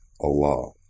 Allah